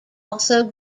also